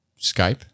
Skype